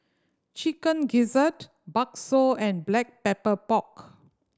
Chicken Gizzard bakso and Black Pepper Pork